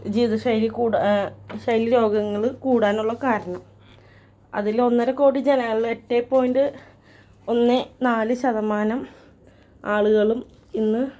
ജീവിതശൈലി കൂടെ ശൈലി രോഗങ്ങൾ കൂടാനുള്ള കാരണം അതിലൊന്നരക്കോടി ജനങ്ങൾ എട്ട് പോയിൻറ്റ് ഒന്ന് നാലു ശതമാനം ആളുകളും ഇന്ന്